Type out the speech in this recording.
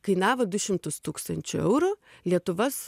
kainavo du šimtus tūkstančių eurų lietuvas